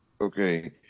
Okay